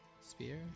spear